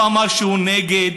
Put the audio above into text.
לא אמר שהוא נגד,